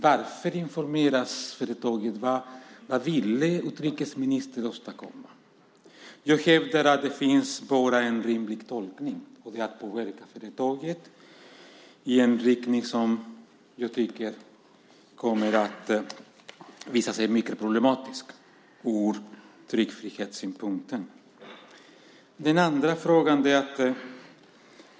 Varför informerades företaget? Vad ville utrikesministern åstadkomma? Jag hävdar att det bara finns en rimlig tolkning, nämligen att det handlar om att påverka företaget i en riktning som jag menar kommer att visa sig vara mycket problematisk från tryckfrihetssynpunkt. Sedan har vi den andra frågan.